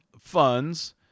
funds